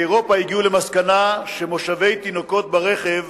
באירופה הגיעו למסקנה שמושבי תינוקות ברכב